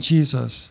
Jesus